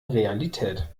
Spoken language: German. realität